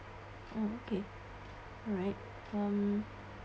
oh okay alright um